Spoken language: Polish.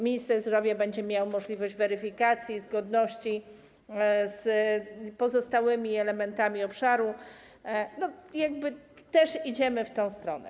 Minister zdrowia będzie miał możliwość weryfikacji zgodności z pozostałymi elementami obszaru - też idziemy w tę stronę.